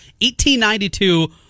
1892